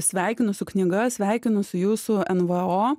sveikinu su knyga sveikinu su jūsų nvo